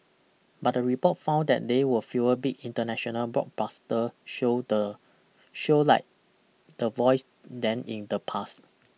but the report found that they were fewer big international blockbuster show the show like The Voice than in the past